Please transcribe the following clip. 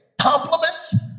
compliments